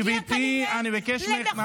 להפסיק גברתי, אני מבקש ממך להפסיק.